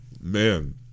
Man